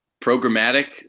programmatic